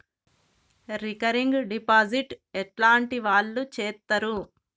Recurring deposit ఎట్లాంటి వాళ్లు చేత్తరు?